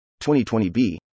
2020b